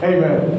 Amen